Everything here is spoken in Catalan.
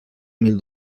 mil